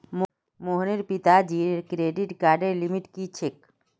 मोहनेर पिताजीर क्रेडिट कार्डर लिमिट की छेक